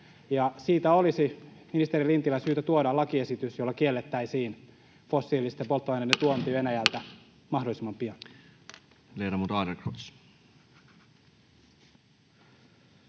siitä olisi ministeri Lintilän syytä tuodaan lakiesitys, jolla kiellettäisiin fossiilisten polttoaineiden tuonti Venäjältä mahdollisimman pian.